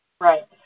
Right